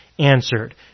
answered